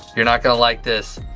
you're not going to like this.